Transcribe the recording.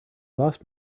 lost